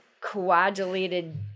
coagulated